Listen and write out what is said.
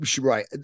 right